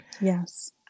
Yes